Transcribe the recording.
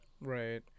Right